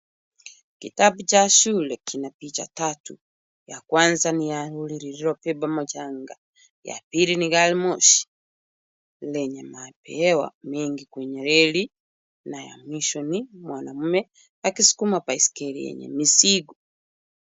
Kitabu cha shule kina picha tatu, ya kwanza ni ya lori lililobeba mchanga, ya pili ni gari moshi lenye mabehewa mengi kwenye reli na ya mwisho ni mwanamume akisukuma baiskeli yenye mizigo.